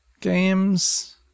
games